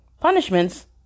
punishments